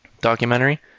documentary